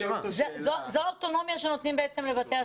זו אוטונומיה שנותנים בעצם לבתי הספר.